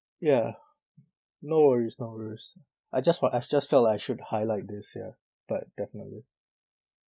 ya no worries no worries I just what I just felt like I should highlight this ya but definitely